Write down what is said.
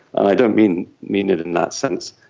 i don't mean mean it in that sense.